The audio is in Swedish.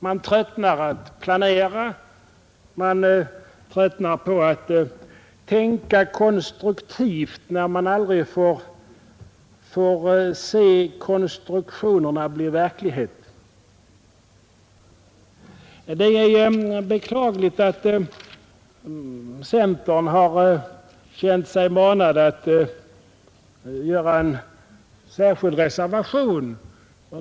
Man tröttnar på att planera, man tröttnar på att tänka konstruktivt när man aldrig får se konstruktionerna bli verklighet. Det är beklagligt att centern har känt sig manad att göra en särskild reservation.